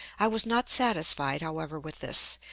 i was not satisfied, however, with this,